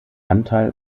anteil